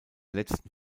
letzten